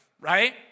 Right